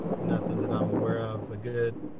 nothing that i'm aware of. a good,